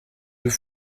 deux